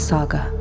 Saga